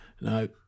No